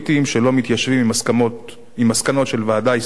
שלא מתיישבים עם מסקנות של ועדה ישראלית,